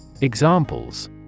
Examples